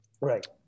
Right